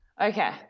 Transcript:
Okay